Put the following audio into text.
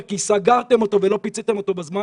כי סגרתם אותו ולא פיציתם אותו בזמן